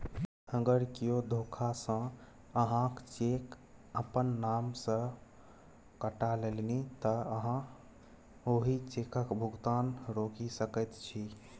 अगर कियो धोखासँ अहाँक चेक अपन नाम सँ कटा लेलनि तँ अहाँ ओहि चेकक भुगतान रोकि सकैत छी